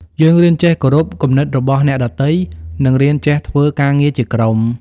យើងរៀនចេះគោរពគំនិតរបស់អ្នកដទៃ និងរៀនចេះធ្វើការងារជាក្រុម។